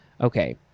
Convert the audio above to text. Okay